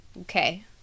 Okay